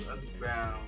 underground